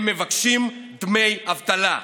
הם מבקשים דמי אבטלה,